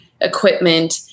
equipment